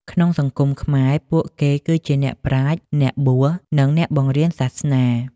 ក្នុងសង្គមខ្មែរ ពួកគេគឺជាអ្នកប្រាជ្ញ អ្នកបួស និងអ្នកបង្រៀនសាសនា។